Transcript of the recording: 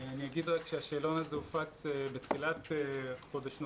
השאלון הופץ בתחילת חודש נובמבר,